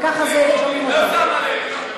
הוא לא שם עלייך.